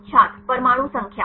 छात्र परमाणु संख्या